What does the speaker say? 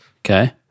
Okay